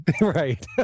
Right